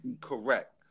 correct